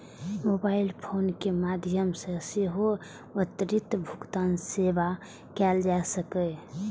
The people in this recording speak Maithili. मोबाइल फोन के माध्यम सं सेहो त्वरित भुगतान सेवा कैल जा सकैए